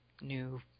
new